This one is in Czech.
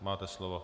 Máte slovo.